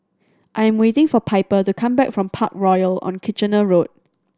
I am waiting for Piper to come back from Parkroyal on Kitchener Road